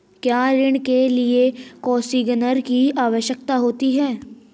क्या ऋण के लिए कोसिग्नर की आवश्यकता होती है?